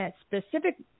specific